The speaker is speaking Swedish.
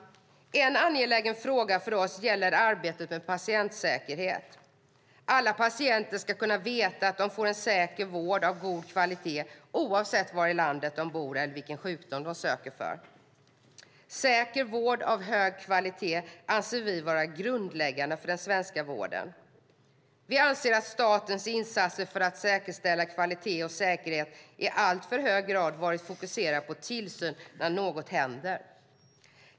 En angelägen fråga för oss gäller arbetet med patientsäkerhet. Alla patienter ska kunna veta att de får en säker vård av god kvalitet oavsett var i landet de bor eller vilken sjukdom de söker för. Säker vård av hög kvalitet anser vi vara grundläggande för den svenska vården. Vi anser att statens insatser för att säkerställa kvalitet och säkerhet i alltför hög grad har varit fokuserad på tillsyn när något händer.